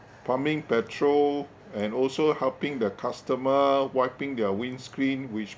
pumping petrol and also helping the customer wiping their windscreen which